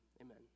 Amen